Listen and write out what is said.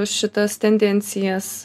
šitas tendencijas